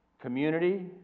community